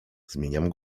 zmieniam